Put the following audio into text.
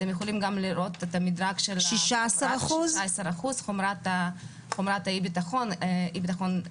אתם יכולים גם לראות את המדרג של חומרת האי-ביטחון התזונתי,